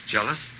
Jealous